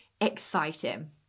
exciting